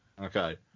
Okay